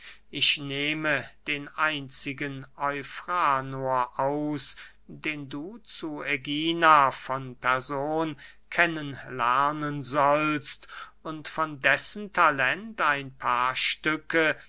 ich nehme den einzigen eufranor aus den du zu ägina von person kennen lernen sollst und von dessen talent ein paar stücke